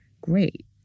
great